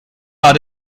war